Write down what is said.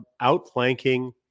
outflanking